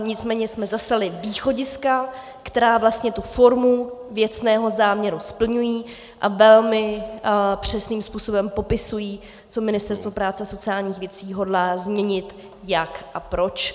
Nicméně jsme zaslali východiska, která vlastně tu formu věcného záměru splňují a velmi přesným způsobem popisují, co Ministerstvo práce a sociálních věcí hodlá změnit, jak a proč.